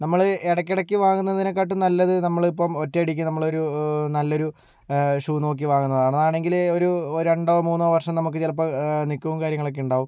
നമ്മള് ഇടയ്ക്കിടയ്ക്ക് വാങ്ങുന്നതിനെ കാട്ടിലും നല്ലത് നമ്മൾ ഇപ്പം ഒറ്റയടിക്ക് നമ്മളൊരു നല്ലൊരു ഷൂ നോക്കി വാങ്ങുന്നതാണ് അതാണെങ്കില് ഒരു രണ്ടോ മൂന്നോ വർഷം നമുക്ക് ചിലപ്പോൾ നിക്കും കാര്യങ്ങളൊക്കെ ഉണ്ടാകും